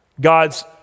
God's